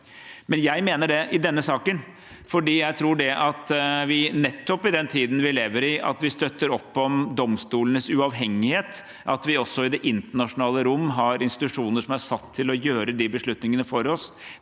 Men jeg mener det i denne saken. Jeg tror at det at vi nettopp i den tiden vi lever i, støtter opp om domstolenes uavhengighet og også i det internasjonale rom har institusjoner som er satt til å ta de beslutningene for oss,